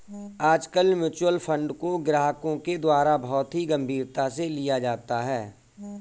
आजकल mutual fund को ग्राहकों के द्वारा बहुत ही गम्भीरता से लिया जाता है